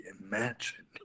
imagine